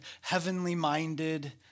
heavenly-minded